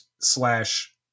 slash